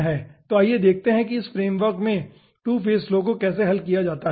तो आइए देखते हैं कि इस फ्रेमवर्क में 2 फेज फ्लो को कैसे हल किया जा सकता है